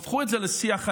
הפכו את זה לשיח אלים.